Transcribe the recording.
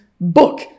book